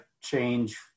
change